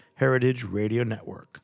heritageradionetwork